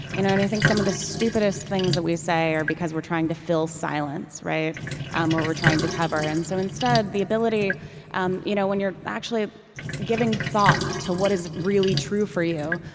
you know and i think some of the stupidest things that we say are because we're trying to fill silence, um or we're trying to cover. and so, instead, the ability um you know when you're actually giving thought to what is really true for you,